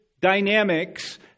dynamics